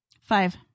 Five